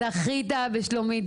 זכית בשלומית.